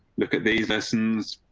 look at these lessons.